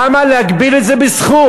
למה להגביל את זה בסכום?